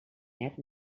net